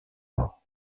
mort